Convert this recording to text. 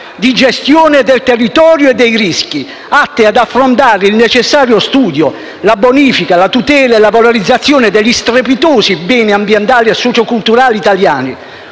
di gestione del territorio e dei rischi, atte ad affrontare il necessario studio, la bonifica, la tutela e la valorizzazione degli strepitosi beni ambientali e socioculturali italiani.